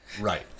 right